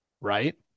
Right